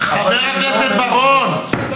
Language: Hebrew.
חבר הכנסת בר-און.